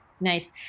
Nice